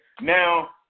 now